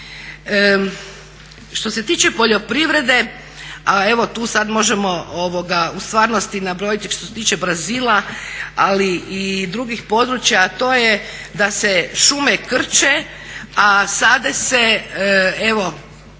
Što se tiče poljoprivrede, a evo tu sada možemo u stvarnosti nabrojati što se tiče Brazila ali i drugih područja a to je da se šume krče a sade se evo